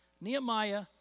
Nehemiah